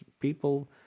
people